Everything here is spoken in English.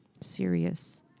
serious